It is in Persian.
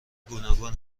گوناگون